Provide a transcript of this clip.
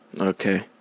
Okay